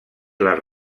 les